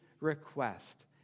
request